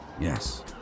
Yes